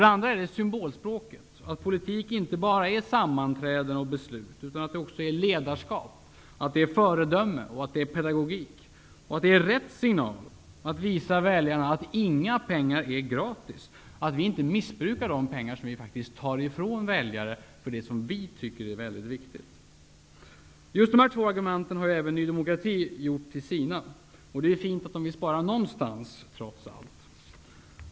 Det andra är symbolspråket: att politik inte bara är sammanträden och beslut utan att det också handlar om ledarskap, föredöme och pedagogik, att det är rätt signal att visa väljarna att inga pengar är gratis, att vi inte missbrukar de pengar som vi faktiskt tar ifrån väljare för det som vi tycker är väldigt viktigt. Just dessa två argument har även Ny demokrati gjort till sina. Det är fint att nydemokrater vill spara någonstans trots allt.